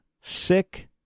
sick